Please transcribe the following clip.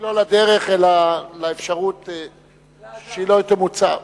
לא לדרך, אלא לאפשרות שהיא לא תמוצה.